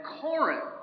Corinth